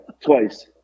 twice